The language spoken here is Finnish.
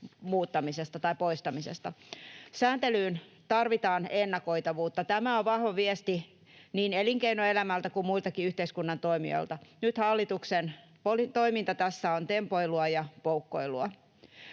päätti sen poistamisesta. Sääntelyyn tarvitaan ennakoitavuutta, tämä on vahva viesti niin elinkeinoelämältä kuin muiltakin yhteiskunnan toimijalta. Nyt hallituksen toiminta tässä on tempoilua ja poukkoilua.